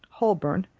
holburn,